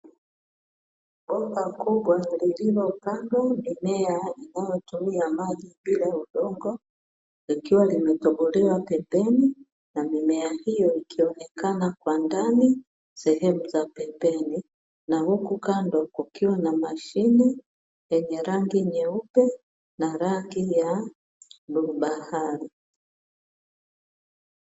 Bomba kubwa lililopandwa mimea inayotumia maji bila udongo likiwa limetobolewa pembeni na mimea hiyo ikionekana kwa ndani, sehemu za pembeni na huku kando kukiwa na mashine yenye rangi nyeupe na rangi ya bluu bahari.